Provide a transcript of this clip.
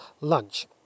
lunch